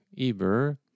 Eber